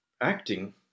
acting